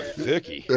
thicky. yeah,